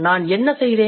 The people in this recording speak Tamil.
நான் என்ன செய்தேன்